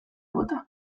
bota